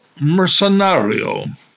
Mercenario